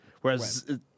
Whereas